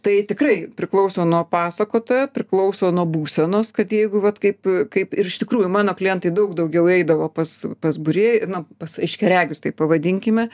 tai tikrai priklauso nuo pasakotojo priklauso nuo būsenos kad jeigu vat kaip kaip ir iš tikrųjų mano klientai daug daugiau eidavo pas pas būrė na pas aiškiaregius tai pavadinkime